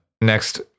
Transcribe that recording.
next